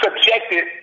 subjected